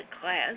class